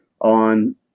on